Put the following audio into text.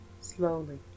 slowly